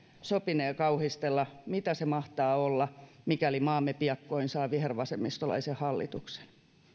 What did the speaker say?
sopinee kauhistella mitä se mahtaa olla mikäli maamme piakkoin saa vihervasemmistolaisen hallituksen